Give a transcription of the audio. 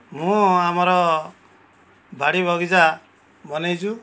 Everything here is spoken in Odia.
ମୁଁ ଆମର ବାଡ଼ି ବଗିଚା ବନେଇଛୁ